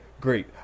great